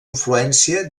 influència